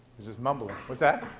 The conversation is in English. there's this mumbling. what's that?